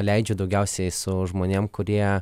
leidžiu daugiausiai su žmonėm kurie